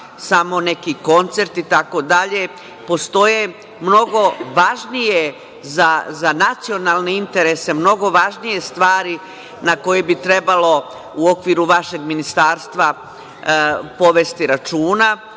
samo neki koncerti itd, postoje mnogo važnije za nacionalne interese, mnogo važnije stvari na koje bi trebalo u okviru vašeg ministarstva povesti računa.